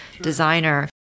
designer